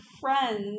friends